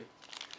כן.